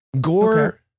Gore